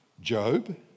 Job